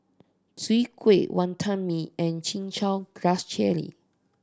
Chwee Kueh Wantan Mee and Chin Chow Grass Jelly